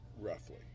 roughly